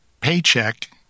paycheck